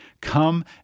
come